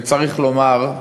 וצריך לומר: